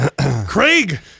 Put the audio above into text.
Craig